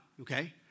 Okay